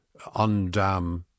undam